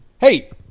Hey